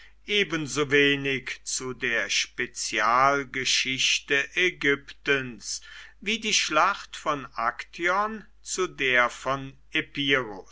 stadt ebensowenig zu der spezialgeschichte ägyptens wie die schlacht von aktion zu der von